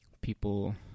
people